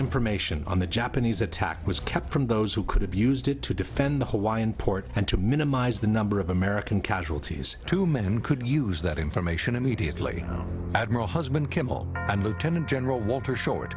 information on the japanese attack was kept from those who could have used it to defend the hawaiian port and to minimize the number of american casualties two men could use that information immediately admiral husband campbell and lieutenant general walter short